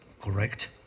correct